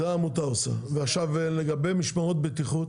זה העמותה עושה, ולגבי משמרות הבטיחות,